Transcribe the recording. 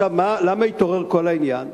עכשיו, למה התעורר כל העניין?